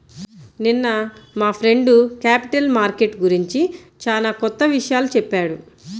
నిన్న మా friend capital market గురించి చానా కొత్త విషయాలు చెప్పాడు